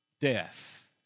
death